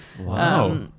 Wow